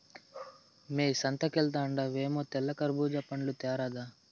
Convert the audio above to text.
మ్మే సంతకెల్తండావేమో తెల్ల కర్బూజా పండ్లు తేరాదా